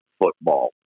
football